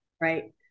Right